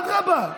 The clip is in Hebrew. אדרבה.